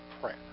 prayer